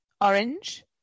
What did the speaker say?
orange